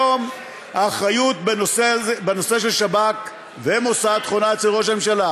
היום האחריות בנושא של השב"כ והמוסד חונה אצל ראש הממשלה,